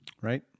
Right